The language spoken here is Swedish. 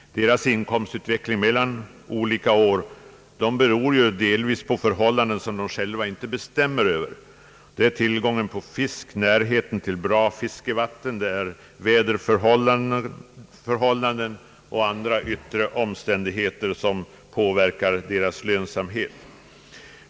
Deras inkomstutveckling mellan olika år beror ju delvis på förhållanden som de själva inte bestämmer över; tillgången på fisk, närheten till bra fiskevatten, väderleksförhållanden och andra yttre omständigheter påverkar i stor utsträckning lönsamheten inom deras näring.